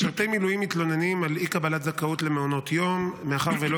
משרתי המילואים מתלוננים על אי-קבלת זכאות למעונות יום מאחר שלא